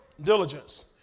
Diligence